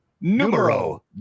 Numero